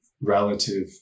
relative